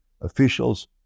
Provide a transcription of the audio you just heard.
officials